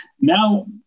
Now